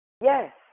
Yes